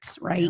Right